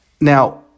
Now